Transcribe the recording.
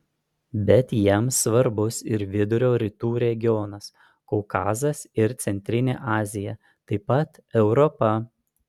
bet jiems svarbus ir vidurio rytų regionas kaukazas ir centrinė azija taip pat europa